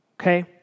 okay